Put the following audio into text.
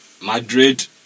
Madrid